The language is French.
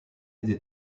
des